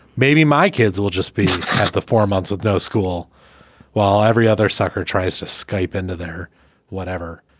maybe my kids will just be at the four months of no school while every other sucker tries to skype into their whatever.